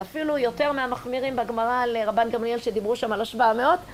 אפילו יותר מהמחמירים בגמרא לרבן גמליאל שדיברו שם על השבע מאות.